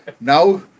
Now